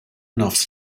nofs